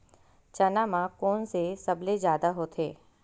चना म कोन से सबले जादा होथे?